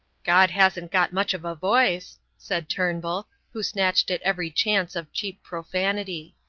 god hasn't got much of a voice, said turnbull, who snatched at every chance of cheap profanity.